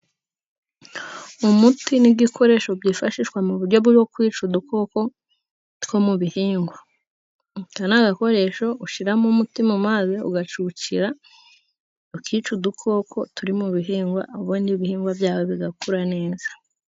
Umuti n'igikoresho byifashishwa mu buryo bwo kwica udukoko two mu bihingwa, aka ni agakoresho ushyiramo umuti mu mazi ugacucira, ukica udukoko turi mu bihingwa, ubundi ibihingwa byawe bigakura neza.